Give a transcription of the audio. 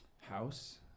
House